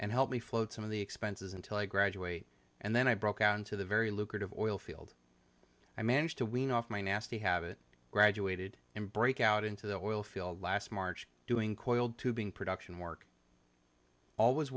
and help me float some of the expenses until i graduate and then i broke out into the very lucrative oil field i managed to wean off my nasty habit graduated and break out into the oil field last march doing coaled tubing production work all was